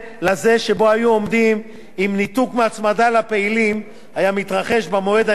הניתוק מההצמדה לפעילים היה מתרחש במועד הניתוק לגבי עובדי המדינה.